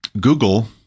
Google